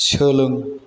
सोलों